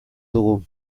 dugu